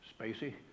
spacey